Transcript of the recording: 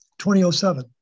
2007